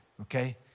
okay